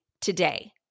today